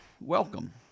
welcome